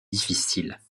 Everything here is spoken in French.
difficiles